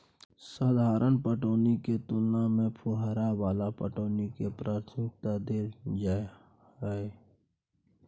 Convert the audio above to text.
साधारण पटौनी के तुलना में फुहारा वाला पटौनी के प्राथमिकता दैल जाय हय